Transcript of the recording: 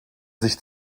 sich